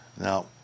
Now